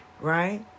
right